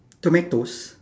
tomatoes